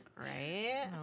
Right